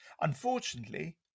Unfortunately